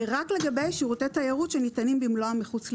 רק לגבי שירותי תיירות שניתנים במלואם מחוץ לישראל.